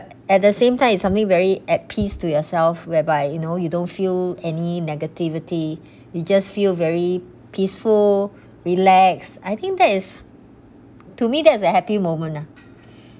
at the same time it's something very at peace to yourself whereby you know you don't feel any negativity you just feel very peaceful relax I think that is to me that is a happy moment ah